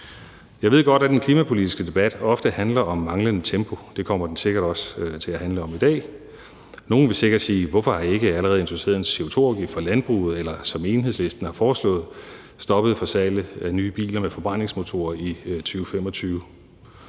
Jeg ved godt at den klimapolitiske debat ofte handler om manglende tempo. Det kommer den sikkert også til at handle om i dag. Nogle vil sikkert spørge: Hvorfor har I ikke allerede introduceret en CO2-afgift for landbruget, eller, som Enhedslisten har foreslået, stoppet for salget af nye biler med forbrændingsmotorer 2025?